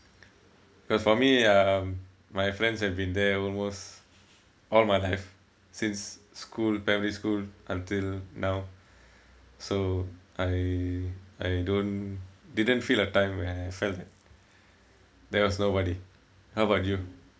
because for me um my friends have been there almost all my life since school primary school until now so I I don't didn't feel a time where I felt that there was nobody how about you